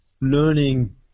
learning